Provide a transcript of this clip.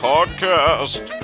Podcast